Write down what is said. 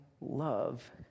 love